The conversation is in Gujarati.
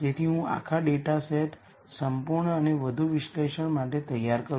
જેથી હું આખો ડેટાસેટ સંપૂર્ણ અને વધુ વિશ્લેષણ માટે તૈયાર કરું